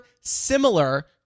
similar